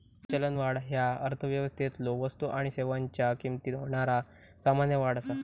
चलनवाढ ह्या अर्थव्यवस्थेतलो वस्तू आणि सेवांच्यो किमतीत होणारा सामान्य वाढ असा